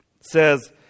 says